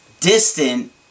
Distant